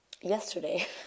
Yesterday